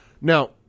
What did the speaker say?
Now